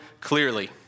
clearly